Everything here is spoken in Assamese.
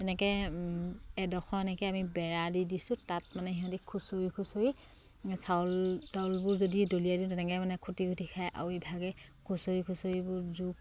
এনেকে এডোখৰ এনেকে আমি বেৰা দি দিছোঁ তাত মানে সিহঁতি খুচৰি খুচৰি চাউল তাউলবোৰ যদি দলিয়াই দিওঁ তেনেকে মানে খুটি খুটি খাই আও ইভাগে খুচৰি খুচৰিবোৰ জোক